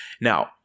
Now